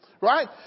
Right